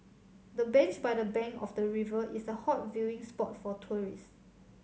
the bench by the bank of the river is a hot viewing spot for tourist